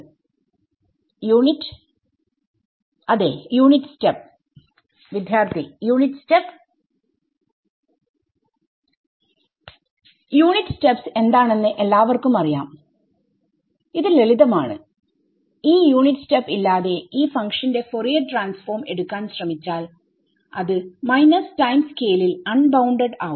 വിദ്യാർത്ഥി യൂണിറ്റ് അതേ unit step വിദ്യാർത്ഥി യൂണിറ്റ് സ്റ്റെപ് യൂണിറ്റ് സ്റ്റെപ്സ്എന്താണെന്ന് എല്ലാവർക്കും അറിയാംഇത് ലളിതമാണ് ഈ യൂണിറ്റ് സ്റ്റെപ്ഇല്ലാതെ ഈ ഫങ്ക്ഷന്റെ ഫോറിയർ ട്രാൻസ്ഫോം എടുക്കാൻ ശ്രമിച്ചാൽഅത് മൈനസ് ടൈം സ്കേലിൽ അൺബൌണ്ടഡ് ആവും